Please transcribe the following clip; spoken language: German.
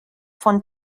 von